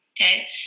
Okay